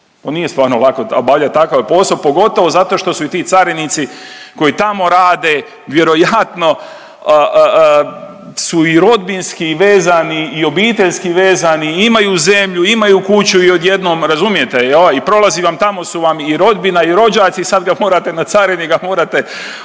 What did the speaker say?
nije stvarno lako obavljat takav posao pogotovo zato što su i ti carinici koji tamo rade vjerojatno su i rodbinski vezani i obiteljski vezani i imaju zemlju, imaju kuću i odjednom razumijete i prolazi vam i tamo su vam i rodbina i rođaci i sad ga morate na carini ga morate